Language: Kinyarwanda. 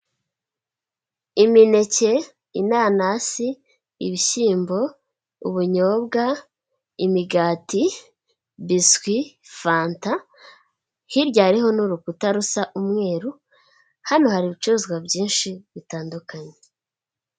Imineke, inanasi, ibishyimbo, ubunyobwa, imigati, biswi, fanta, hirya hariho n'urukuta rusa umweru, hano hari ibicuruzwa byinshi bitandukanye.